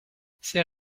c’est